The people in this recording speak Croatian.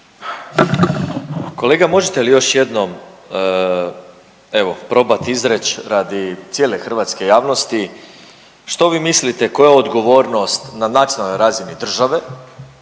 Kolega možete li još jednom evo probat izreć radi cijele hrvatske javnosti što vi mislite koja je odgovornost na nacionalnoj razini države,